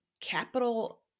capital